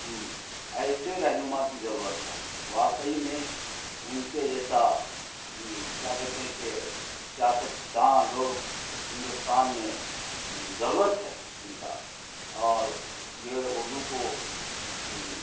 ایسے رہنما کی ضرورت ہے واقعی میں ان کے جیسا کیا کہتے ہیں کہ سیاست داں لوگ ہندوستان میں ضرورت ہے ان کا اور یہ اردو کو